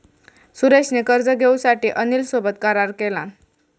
सुरेश ने कर्ज घेऊसाठी अनिल सोबत करार केलान